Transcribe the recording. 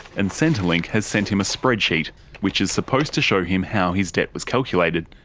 and centrelink has sent him a spreadsheet which is supposed to show him how his debt was calculated,